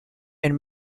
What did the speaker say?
and